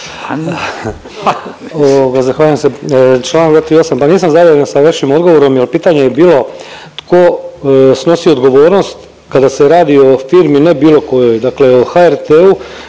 zahvaljujem se, čl. 238., pa nisam zadovoljan sa vašim odgovorom jel pitanje je bilo tko snosi odgovornost kada se radi o firmi ne bilo kojoj dakle o HRT-u